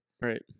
Right